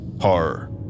horror